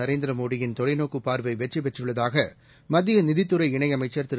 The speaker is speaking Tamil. நரேந்திர மோடியின் தொலைநோக்குப் பார்வை வெற்றிடெற்றுள்ளதாக மத்திய நிதித்துறை இணையமைச்சர் திரு